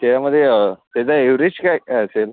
त्यामध्ये त्याचा अॅव्हरेज काय काय असेल